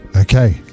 Okay